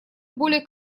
более